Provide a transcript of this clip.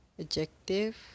Adjective